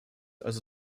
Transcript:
also